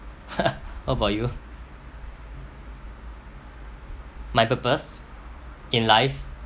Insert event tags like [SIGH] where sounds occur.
[LAUGHS] what about you my purpose in life